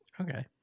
okay